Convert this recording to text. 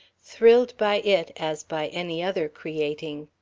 thrilled by it as by any other creating.